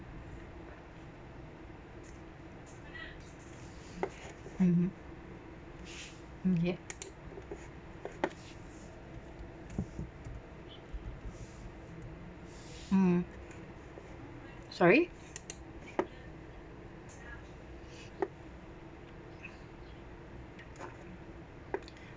mmhmm mm yup mm sorry